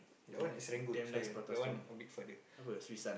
that one at Serangoon sorry that one a bit further